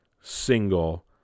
single